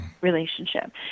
relationship